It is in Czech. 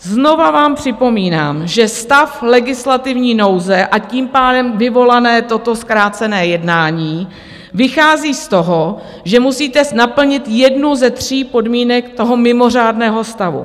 Znovu vám připomínám, že stav legislativní nouze, a tím pádem vyvolané toto zkrácené jednání, vychází z toho, že musíte naplnit jednu ze tří podmínek toho mimořádného stavu.